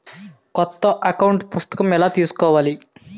కొత్త అకౌంట్ పుస్తకము ఎలా తీసుకోవాలి?